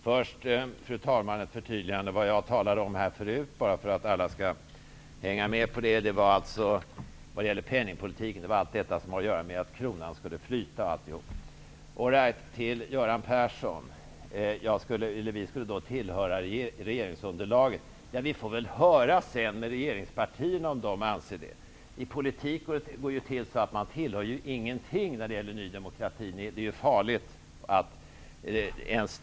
Fru talman! Jag vill först göra ett förtydligande, så att alla kan hänga med. Det jag talade om tidigare när jag nämnde penningpolitiken var allt det som hade att göra med att kronan skulle flyta. Göran Persson sade att vi tillhör regeringsunderlaget. Vi får väl höra med regeringspartierna sedan om de anser att det är så. I politiken tillhör ju Ny demokrati ingenting.